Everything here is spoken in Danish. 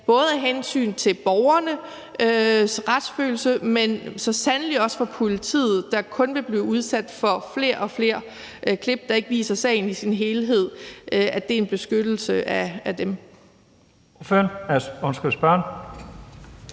både af hensyn til borgernes retsfølelse, men så sandelig også politiet, som kun vil blive udsat for flere og flere klip, der ikke viser sagen i sin helhed, skal have den beskyttelse af dem.